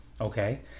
Okay